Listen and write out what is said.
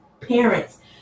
parents